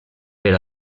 per